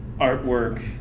artwork